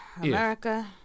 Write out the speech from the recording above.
america